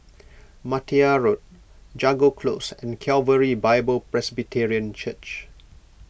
Martia Road Jago Close and Calvary Bible Presbyterian Church